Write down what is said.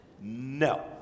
No